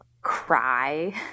cry